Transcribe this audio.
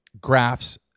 graphs